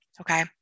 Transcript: okay